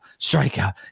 strikeout